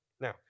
Now